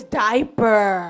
diaper